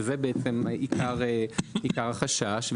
וזה עיקר החשש.